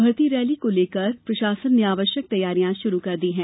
भर्ती रैली को लेकर प्रशासन ने आवश्यक तैयारियां शुरू कर दी हैं